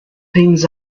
things